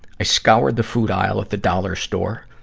i scoured the food aisle of the dollar store,